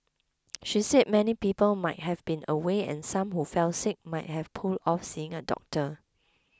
she said many people might have been away and some who fell sick might have put off seeing a doctor